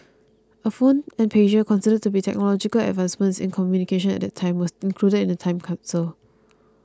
a phone and pager considered to be technological advancements in communication at that time were included in the time capsule